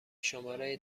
شماره